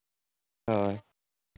ᱦᱳᱭ